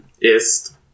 Ist